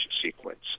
sequence